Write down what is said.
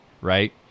right